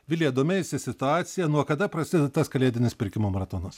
vilija domėjaisi situacija nuo kada prasideda tas kalėdinis pirkimo maratonas